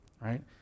right